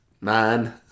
man